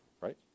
Right